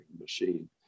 machine